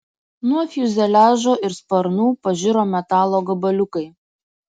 nuo fiuzeliažo ir sparnų pažiro metalo gabaliukai